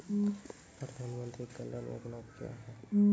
प्रधानमंत्री कल्याण योजना क्या हैं?